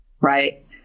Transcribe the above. right